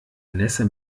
nässe